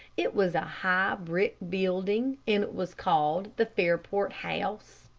it was a high, brick building, and it was called the fairport house.